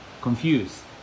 confused